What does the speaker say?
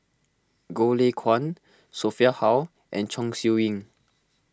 Goh Lay Kuan Sophia Hull and Chong Siew Ying